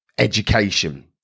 Education